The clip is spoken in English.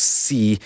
see